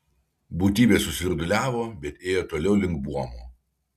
būtybė susvirduliavo bet ėjo toliau link buomo